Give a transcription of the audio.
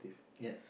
ya